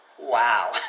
Wow